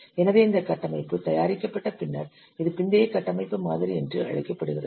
எனவே இந்த கட்டமைப்பு தயாரிக்கப்பட்ட பின்னர் இது பிந்தைய கட்டமைப்பு மாதிரி என்று அழைக்கப்படுகிறது